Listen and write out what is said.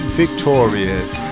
victorious